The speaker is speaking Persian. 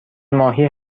ماهی